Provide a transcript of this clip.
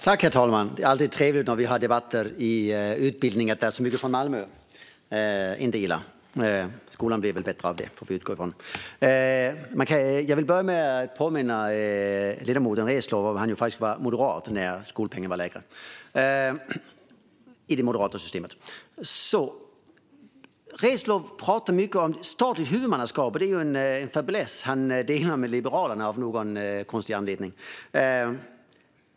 Herr talman! Det är alltid trevligt när vi har debatter om utbildning att det är så mycket från Malmö! Inte illa - skolan blir väl bättre av det, får vi utgå ifrån. Jag vill börja med att påminna ledamoten Reslow om att han faktiskt var moderat när skolpengen var lägre, i det moderata systemet. Reslow pratar mycket om statligt huvudmannaskap. Det är en fäbless han delar med Liberalerna av någon konstig anledning.